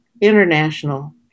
international